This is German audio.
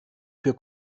für